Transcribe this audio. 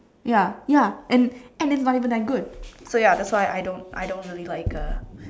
ya ya and and it is not even that good so ya that's why I don't I don't really like uh